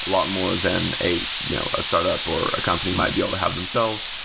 lot more than a you know a startup or a company might be able to have themselves.